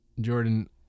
Jordan